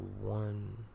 one